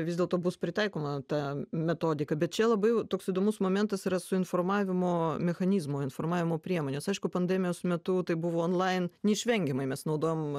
vis dėlto bus pritaikoma ta metodika bet čia labai jau toks įdomus momentas yra su informavimo mechanizmo informavimo priemonės aišku pandemijos metu tai buvo onlain neišvengiamai mes naudojam